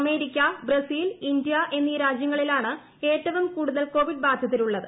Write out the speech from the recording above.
America Brazil India എന്നീ രാജ്യങ്ങളിലാണ് ഏറ്റവും കൂടുതൽ കോവിഡ് ബാധിതരുള്ളത്